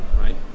right